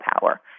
power